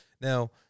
Now